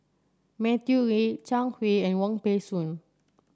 Matthew Ngui Zhang Hui and Wong Peng Soon